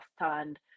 understand